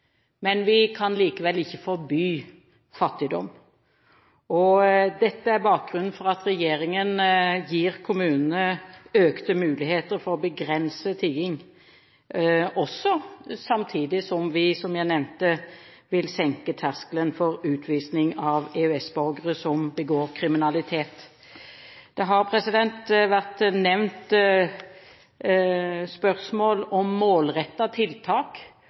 Men vi kan likevel ikke forby fattigdom, og dette er bakgrunnen for at regjeringen gir kommunene økte muligheter for å begrense tigging også, samtidig som vi, som jeg nevnte, vil senke terskelen for utvisning av EØS-borgere som begår kriminalitet. Det har vært nevnt spørsmål om målrettede tiltak.